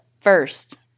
first